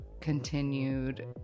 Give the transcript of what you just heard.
continued